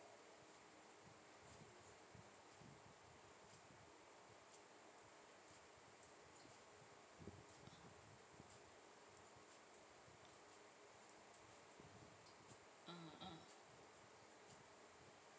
mm mm